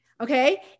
Okay